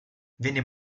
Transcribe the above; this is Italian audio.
venne